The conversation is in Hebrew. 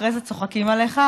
אחרי זה צוחקים עליך,